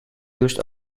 used